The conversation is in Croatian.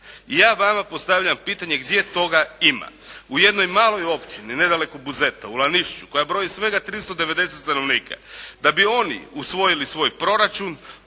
ja vama postavljam pitanje gdje toga ima. U jednoj maloj općini nedaleko Buzeta u Laništu koje broji svega 390 stanovnika da bi oni usvojili svoj proračun